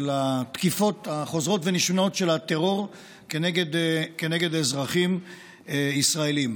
של התקיפות החוזרות ונשנות של הטרור כנגד אזרחים ישראלים.